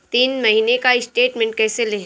तीन महीने का स्टेटमेंट कैसे लें?